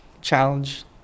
Challenge